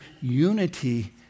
unity